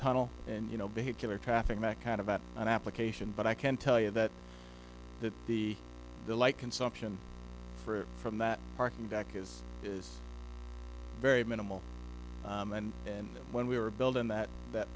tunnel and you know behave killer traffic back kind of at an application but i can tell you that that the the light consumption for from that parking deck is is very minimal and and when we were building that that